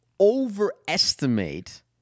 Overestimate